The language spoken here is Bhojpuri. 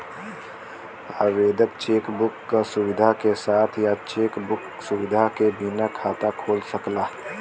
आवेदक चेक बुक क सुविधा के साथ या चेक बुक सुविधा के बिना खाता खोल सकला